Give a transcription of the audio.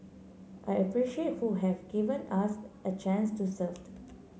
I appreciate who have given us a chance to served